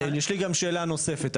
יש לי גם שאלה נוספת.